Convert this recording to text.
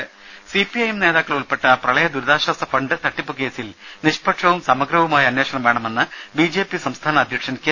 രുദ CP I M നേതാക്കൾ ഉൾപ്പെട്ട പ്രളയദുരിതാശ്വാസ ഫണ്ട് തട്ടിപ്പു കേസിൽ നിഷ്പക്ഷവും സമഗ്രവുമായ അന്വേഷണം വേണമെന്ന് ബിജെപി സംസ്ഥാന അധ്യക്ഷൻ കെ